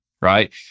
right